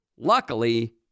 Luckily